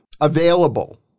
available